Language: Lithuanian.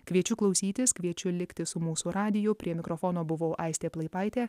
kviečiu klausytis kviečiu likti su mūsų radiju prie mikrofono buvau aistė plaipaitė